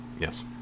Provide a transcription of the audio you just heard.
Yes